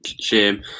shame